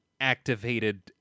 activated